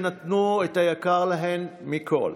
שנתנו את היקר להן מכול,